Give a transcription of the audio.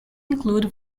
include